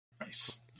Nice